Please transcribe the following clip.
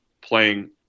playing